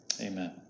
Amen